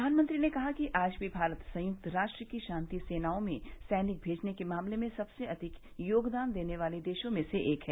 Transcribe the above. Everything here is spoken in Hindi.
प्रधानमंत्री ने कहा कि आज भी भारत संयुक्त राष्ट्र की शांति सेनाओं में सैनिक भेजने के मामले में सबसे अधिक योगदान देने वाले देशों में से एक है